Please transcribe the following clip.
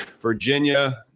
Virginia